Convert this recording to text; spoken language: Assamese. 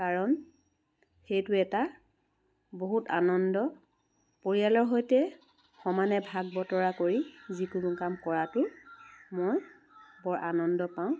কাৰণ সেইটো এটা বহুত আনন্দ পৰিয়ালৰ সৈতে সমানে ভাগ বতৰা কৰি যিকোনো কাম কৰাটো মই বৰ আনন্দ পাওঁ